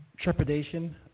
trepidation